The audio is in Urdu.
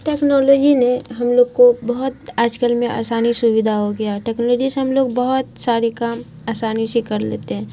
ٹیکنالوجی نے ہم لوگ کو بہت آج کل میں آسانی سویدھا ہو گیا ہے ٹیکنالوجی سے ہم لوگ بہت سارے کام آسانی سے کر لیتے ہیں